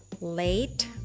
late